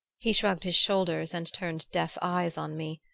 he shrugged his shoulders and turned deaf eyes on me.